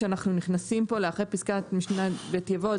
כשאנחנו נכנסים פה לאחרי פסקת משנה ב' יבוא,